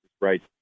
right